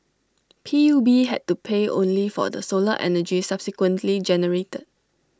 P U B had to pay only for the solar energy subsequently generated